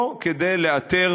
או כדי לאתר